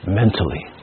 mentally